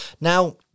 Now